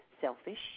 selfish